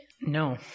No